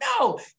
No